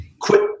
quit